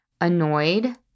annoyed